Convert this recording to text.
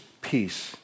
peace